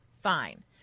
Fine